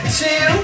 two